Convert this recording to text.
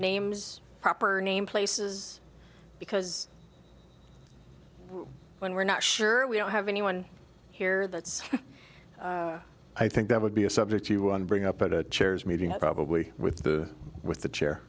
names proper name places because when we're not sure we don't have anyone here that's i think that would be a subject you want to bring up at the chairs meeting probably with the with the chair